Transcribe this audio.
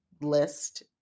list